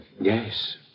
Yes